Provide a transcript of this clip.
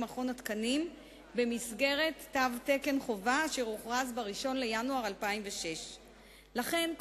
מכון התקנים במסגרת תו תקן חובה אשר הוכרז ב-1 בינואר 2006. לכן,